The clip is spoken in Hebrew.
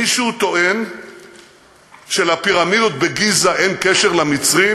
מישהו טוען שלפירמידות בגיזה אין קשר למצרים?